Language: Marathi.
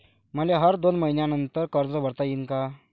मले हर दोन मयीन्यानंतर कर्ज भरता येईन का?